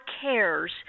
cares